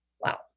Wow